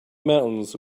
mountains